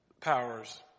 powers